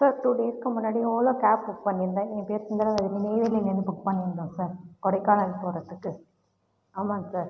sir two டேஸ்க்கு முன்னாடி Ola cab book பண்ணிருந்தேன் என் பேர் சுந்திராதேவி நெய்வேலிலேந்து புக் பண்ணிருந்தோம் சார் கொடைக்கானல் போகறதுக்கு ஆமாம்ங்க சார்